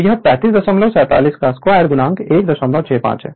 तो यह 3547 2 165 है